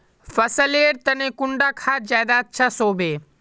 फसल लेर तने कुंडा खाद ज्यादा अच्छा सोबे?